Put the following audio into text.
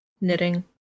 knitting